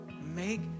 make